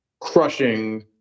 crushing